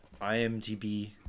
IMDb